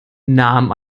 nahm